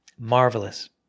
Marvelous